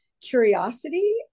curiosity